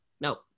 no